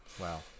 wow